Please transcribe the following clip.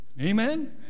Amen